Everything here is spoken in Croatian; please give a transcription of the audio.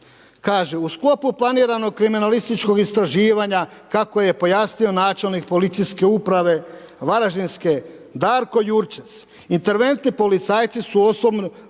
Kaže: „U sklopu planiranog kriminalističkog istraživanja kako je pojasnio načelnik Policijske uprave Varaždinske Darko Jurčec interventni policajci su osobno